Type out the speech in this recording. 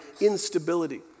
instability